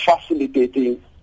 facilitating